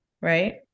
right